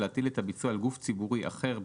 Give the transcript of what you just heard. להטיל את הביצוע על גוף ציבורי אחר,